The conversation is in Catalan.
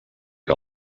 que